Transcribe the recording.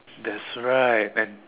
that's right and